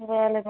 وعلیکم